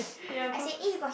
ya